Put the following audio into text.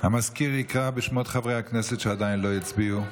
המזכיר יקרא בשמות חברי הכנסת שעוד לא הצביעו.